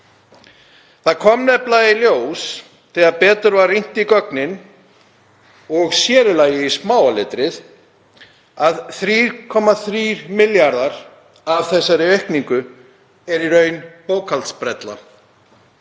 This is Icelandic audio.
Það kom nefnilega í ljós þegar betur var rýnt í gögnin, og sér í lagi í smáa letrið, að 3,3 milljarðar af þessari aukningu eru í raun bókhaldsbrella.